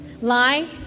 lie